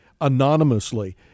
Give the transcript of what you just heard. anonymously